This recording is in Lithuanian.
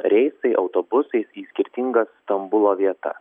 reisai autobusais į skirtingas stambulo vietas